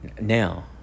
Now